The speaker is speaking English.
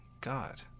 God